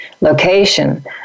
location